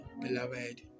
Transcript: Beloved